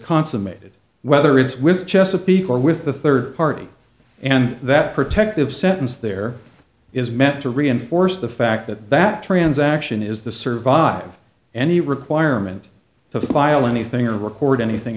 consummated whether it's with chesapeake or with a third party and that protective sentence there is meant to reinforce the fact that that transaction is the survive any requirement to file any thing or record anything